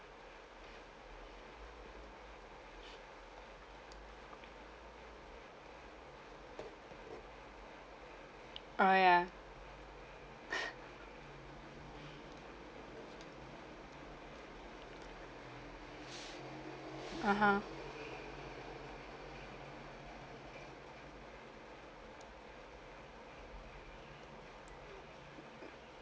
oh ya (uh huh)